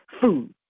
food